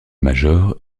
major